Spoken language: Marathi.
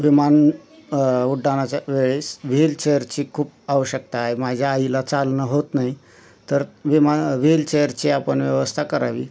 विमान उड्डाणाच्या वेळेस व्हीलचेअरची खूप आवश्यकता आहे माझ्या आईला चालणं होत नाही तर विमा व्हीलचेअरची आपण व्यवस्था करावी